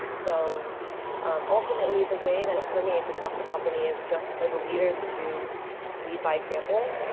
so um ultimately, the way that it permeates across the company is just for the leaders to lead by example.